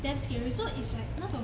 damn scary so is like 那种